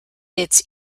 its